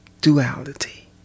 duality